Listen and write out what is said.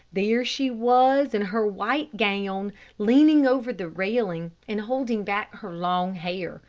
there she was, in her white gown, leaning over the railing, and holding back her long hair,